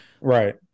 Right